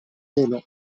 ĉielo